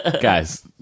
guys